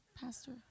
Pastor